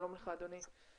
שלום לך, אדוני.